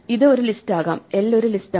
ഇത് ഒരു ലിസ്റ്റ് ആകാം എൽ ഒരു ലിസ്റ്റ് ആണ്